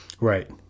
Right